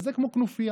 וזה כמו כנופיה.